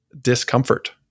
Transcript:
discomfort